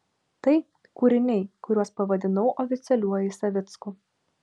tai kūriniai kuriuos pavadinau oficialiuoju savicku